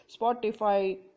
spotify